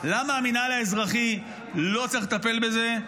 למה המינהל האזרחי לא צריך לטפל בזה,